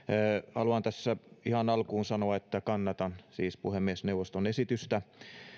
haluan tässä ihan alkuun sanoa että kannatan siis puhemiesneuvoston esitystä